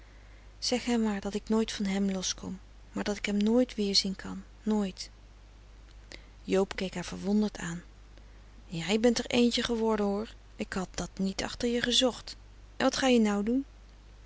zeg hem maar dat ik nooit van hem los kom maar dat ik hem nooit weerzien kan nooit joob keek haar verwonderd aan jij bent er eentje geworden hoor ik had dat niet achter je gezocht en wat ga je nou doen